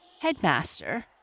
Headmaster